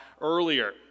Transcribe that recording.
earlier